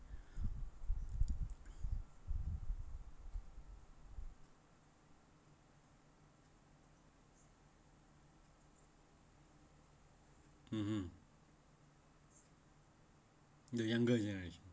(uh huh) the younger generation